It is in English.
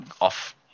off